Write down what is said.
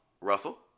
Russell